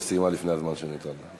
שהיא סיימה לפני הזמן שניתן לה.